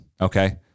okay